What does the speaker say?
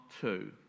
two